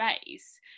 space